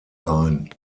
ein